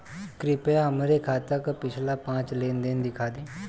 कृपया हमरे खाता क पिछला पांच लेन देन दिखा दी